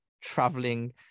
traveling